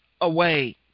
away